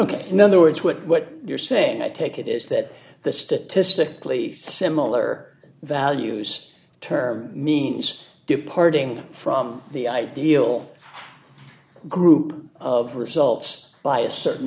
another word to it what you're saying i take it is that the statistically similar values term means departing from the ideal group of results by a certain